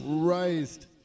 Christ